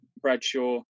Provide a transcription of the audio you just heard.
Bradshaw